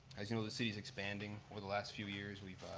as you know the city is expanding over the last few years. we've